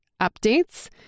updates